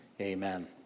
Amen